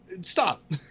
stop